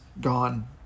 gone